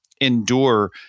endure